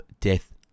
Death